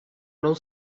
non